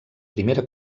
primera